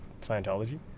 Scientology